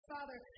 Father